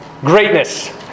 greatness